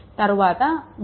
తరువాత 3